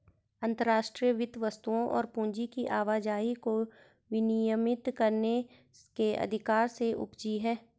अंतर्राष्ट्रीय वित्त वस्तुओं और पूंजी की आवाजाही को विनियमित करने के अधिकार से उपजी हैं